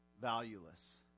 valueless